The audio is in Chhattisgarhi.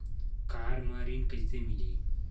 कार म ऋण कइसे मिलही?